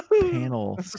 panel